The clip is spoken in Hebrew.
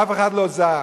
ואף אחד לא זע.